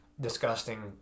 disgusting